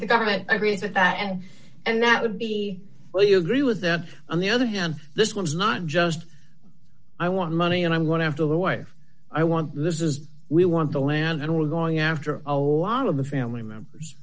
resent that and and that would be well you agree with that on the other hand this one is not just i want money and i'm going after the wife i want this is we want the land and we're going after a lot of the family members